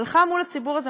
הלכה מול הציבור הזה,